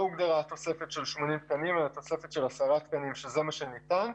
לא הוגדרה תוספת של 80 תקנים אלא תוספת של 10 תקנים שזה מה שניתן.